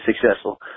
successful